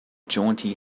jaunty